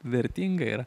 vertinga yra